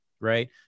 right